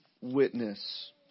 witness